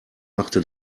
machte